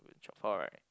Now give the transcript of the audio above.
twelve alright